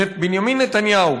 בנימין נתניהו,